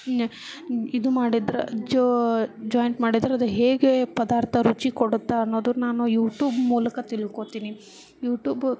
ಇದು ಮಾಡಿದ್ರೆ ಜೋ ಜೋಯಿಂಟ್ ಮಾಡಿದ್ರೆ ಅದು ಹೇಗೆ ಪದಾರ್ಥ ರುಚಿ ಕೊಡುತ್ತೆ ಅನ್ನೋದನ್ನು ನಾನು ಯೂಟೂಬ್ ಮೂಲಕ ತಿಳ್ಕೊಳ್ತೀನಿ ಯೂಟೂಬ್